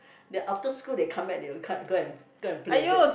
then after school they come back they will come and go and go and play with it